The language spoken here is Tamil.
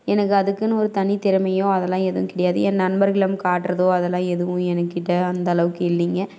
எனக்கு அதுக்கென்னு ஒரு தனி திறமையோ அதெலாம் எதுவும் கிடையாது என் நண்பர்களை காட்டுறதோ அதெலாம் எதுவும் என்க்கிட்டே அந்தளவுக்கு இல்லைங்க